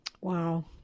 Wow